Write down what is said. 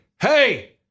hey